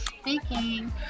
speaking